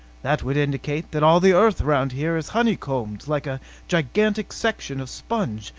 that would indicate that all the earth around here is honeycombed like a gigantic section of sponge.